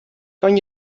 kan